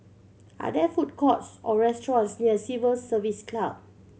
are there food courts or restaurants near Civil Service Club